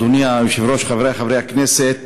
אדוני היושב-ראש, חברי חברי הכנסת,